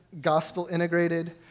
gospel-integrated